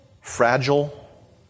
fragile